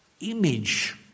image